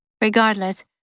Regardless